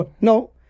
No